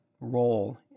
role